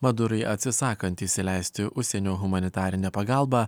madurui atsisakant įsileisti užsienio humanitarinę pagalbą